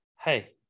Hey